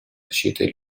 защитой